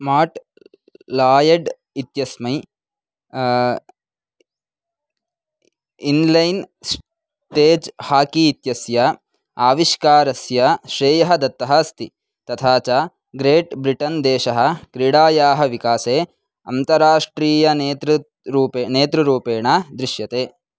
mat Lloyd इत्यस्मै inline stage hockey इत्यस्य आविष्कारस्य श्रेयः दत्तः अस्ति तथा च ग्रेट् ब्रिटन् देशः क्रीडायाः विकासे अन्तराष्ट्रीयनेतृत्वरूपे नेतृरूपेण दृश्यते